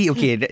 Okay